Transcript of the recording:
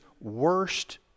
worst